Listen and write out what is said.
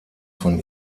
von